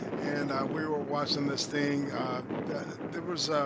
and we were watching this thing there was